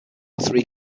three